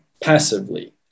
passively